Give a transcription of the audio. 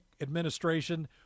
administration –